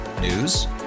News